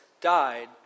died